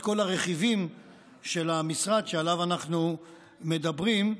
את כל הרכיבים של המשרד שעליו אנחנו מדברים,